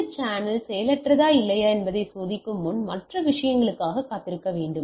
இந்த சேனல் செயலற்றதா இல்லையா என்பதைச் சோதிக்கும் முன் மற்ற விஷயங்களுக்காக காத்திருக்க வேண்டும்